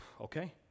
okay